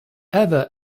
ever